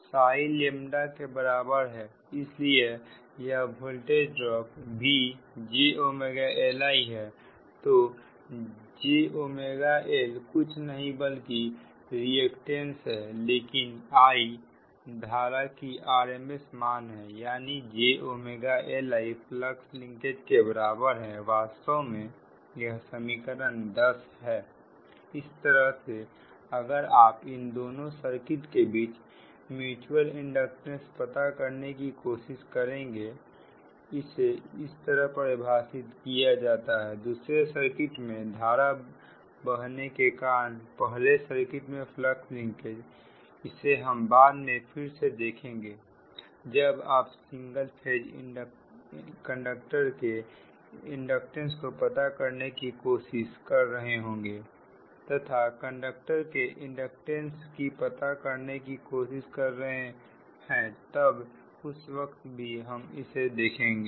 Sai lambda के बराबर है इसलिए यह वोल्टेज ड्रॉप V jLI है तो jL कुछ नहीं बल्कि रिएक्टेंस है लेकिन I धारा की RMS मान है यानी jLI फ्लक्स लिंकेज के बराबर है वास्तव में यह समीकरण 10 है इसी तरह से अगर आप इन दोनों सर्किट के बीच म्युचुअल इंडक्टेंस पता करने की कोशिश करेंगे इसे इस तरह परिभाषित किया जाता है दूसरे सर्किट में धारा बहने के कारण पहले सर्किट में फ्लक्स लिंकेज इसे हम बाद में फिर से देखेंगे जब आप सिंगल फेज कंडक्टर के इंडक्टेंस को पता करने की कोशिश कर रहे होंगे तथा कंडक्टर के इंडक्टेंस को पता करने की कोशिश कर रहे हैं तब उस वक्त भी हम इसे देखेंगे